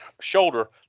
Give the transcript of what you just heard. shoulder